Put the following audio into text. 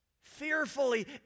Fearfully